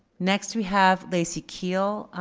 next, we have lacey kuehl.